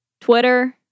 Twitter